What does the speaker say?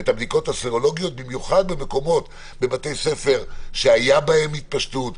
במיוחד בבתי ספר שניכרת בהם התפשטות,